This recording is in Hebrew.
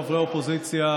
חברי האופוזיציה,